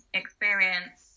experience